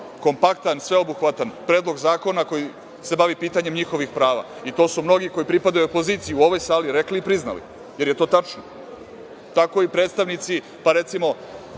kompaktan, sveobuhvatan predlog zakona koji se bavi pitanjem njihovih prava, i to su mnogi koji pripadaju opoziciji u ovoj sali rekli i priznali, jer je to tačno, tako i predstavnici Nacionalne